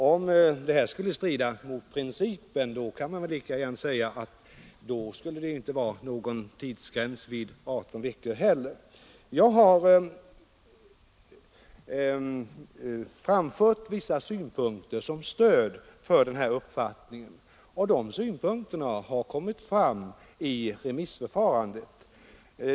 Om detta skulle strida mot den ifrågavarande principen kan man väl lika gärna säga att det inte skulle vara någon tidsgräns vid 18 veckor heller. Jag har framfört vissa synpunkter som stöd för min uppfattning, och det är synpunkter som kommit fram vid remissförfarandet.